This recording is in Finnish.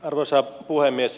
arvoisa puhemies